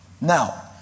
Now